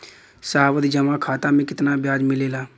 सावधि जमा खाता मे कितना ब्याज मिले ला?